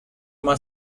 uma